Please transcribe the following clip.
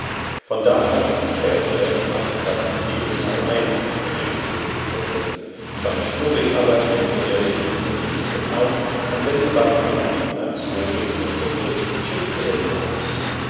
von da an sperrte er die beiden katzen jedesmal ein wenn er die vögel fütterte seine schnurri aber klemmte er sich unter den linken arm und wenn sie beim heranfliegen eines vogels nur zuckte schimpfte er sie aus